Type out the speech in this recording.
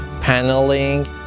paneling